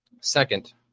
Second